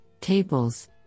tables